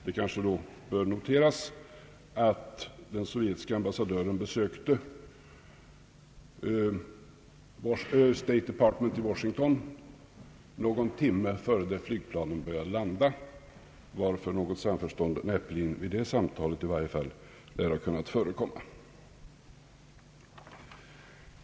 Det kanske bör noteras att den sovjetiske ambassadören besökte State Department i Washington någon timme innan flygplanen började landa, varför något samförstånd vid det samtalet i varje fall näppeligen torde ha kunnat förekomma.